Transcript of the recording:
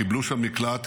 קיבלו שם מקלט,